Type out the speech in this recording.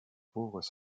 pauvres